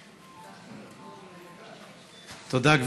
תודה.